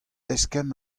eskemm